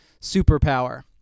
Superpower